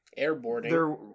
airboarding